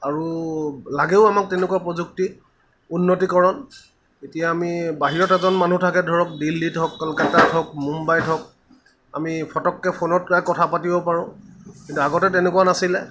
আৰু লাগেও আমাক তেনেকুৱা প্ৰযুক্তি উন্নতিকৰণ এতিয়া আমি বাহিৰত এজন মানুহ থাকে ধৰক দিল্লীত হওক কলকাতাত হওক মোম্বাইত হওক আমি ফতককৈ ফোনত কথা পাতিব পাৰোঁ কিন্তু আগতে তেনেকুৱা নাছিলে